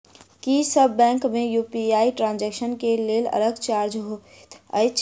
की सब बैंक मे UPI transaction केँ लेल अलग चार्ज होइत अछि?